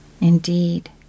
Indeed